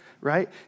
right